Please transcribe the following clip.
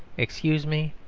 excuse me,